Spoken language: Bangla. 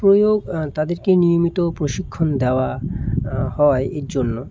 প্রয়োগ তাদেরকে নিয়মিত প্রশিক্ষণ দেওয়া হয় এর জন্য